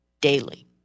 daily